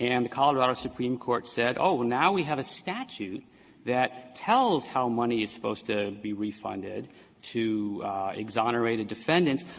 and colorado supreme court said, oh, now we have a statute that tells how money is supposed to be refunded to exonerated defendants.